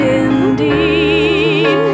indeed